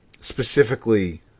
specifically